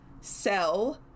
sell